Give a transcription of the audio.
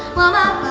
lama